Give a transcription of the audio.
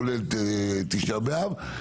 כולל תשעה באב,